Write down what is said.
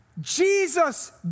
Jesus